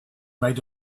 might